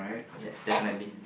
yes definitely